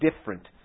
different